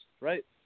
right